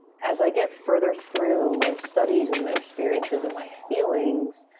as i get further through my studies, and my experiences, and my feelings,